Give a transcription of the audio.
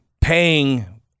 paying